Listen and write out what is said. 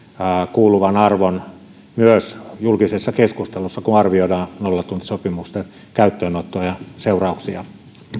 kuuluvan arvon myös julkisessa keskustelussa kun arvioidaan nollatuntisopimusten käyttöönottoa ja seurauksia